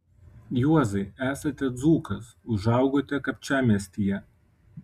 juozai esate dzūkas užaugote kapčiamiestyje